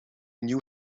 knew